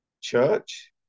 church